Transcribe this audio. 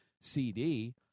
CD